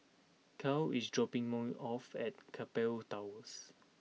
Carl is dropping me off at Keppel Towers